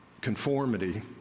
conformity